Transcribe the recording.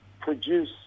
produce